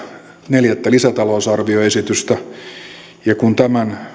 neljättä lisätalousarvioesitystä kun tämän